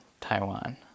taiwan